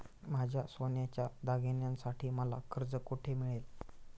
माझ्या सोन्याच्या दागिन्यांसाठी मला कर्ज कुठे मिळेल?